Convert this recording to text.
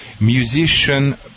musician